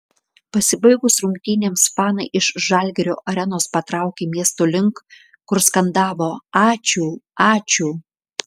pasibaigus rungtynėms fanai iš žalgirio arenos patraukė miesto link kur skandavo ačiū ačiū